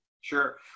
sure